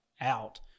out